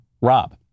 Rob